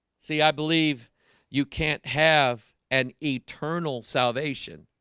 see, i believe you can't have an eternal salvation